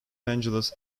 angeles